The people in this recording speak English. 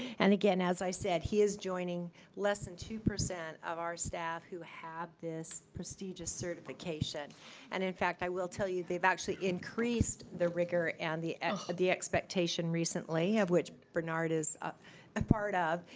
and again, as i said, he is joining less than two percent of our staff who have this prestigious certification and in fact i will tell you they've actually increased the rigor and the the expectation recently of which bernard is a ah part of,